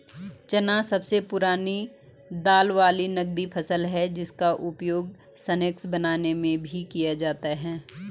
चना सबसे पुरानी दाल वाली नगदी फसल है जिसका उपयोग स्नैक्स बनाने में भी किया जाता है